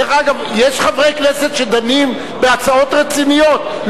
יש חברי כנסת שדנים בהצעות רציניות,